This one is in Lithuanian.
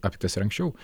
aptiktas ir anksčiau